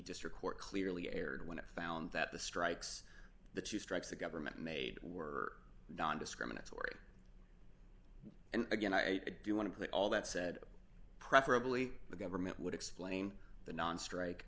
district court clearly erred when it found that the strikes the two strikes the government made were nondiscriminatory and again i do want to put all that said preferably the government would explain the non strike